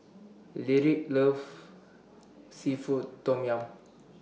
Lyric loves Seafood Tom Yum